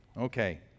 okay